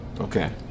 Okay